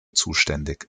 zuständig